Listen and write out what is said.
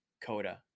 Coda